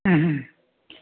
ꯎꯝ